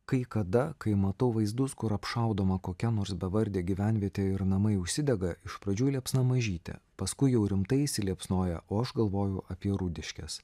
kai kada kai matau vaizdus kur apšaudoma kokia nors bevardė gyvenvietė ir namai užsidega iš pradžių liepsna mažytė paskui jau rimtai įsiliepsnoja o aš galvojau apie rūdiškes